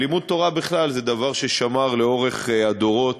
לימוד תורה, בכלל, זה דבר ששמר לאורך הדורות